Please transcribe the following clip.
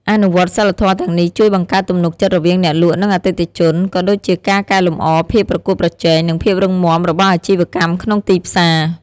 អនុវត្តសីលធម៌ទាំងនេះជួយបង្កើតទំនុកចិត្តរវាងអ្នកលក់ និងអតិថិជន ក៏ដូចជាការកែលម្អភាពប្រកួតប្រជែង និងភាពរឹងមាំរបស់អាជីវកម្មក្នុងទីផ្សារ។